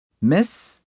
Miss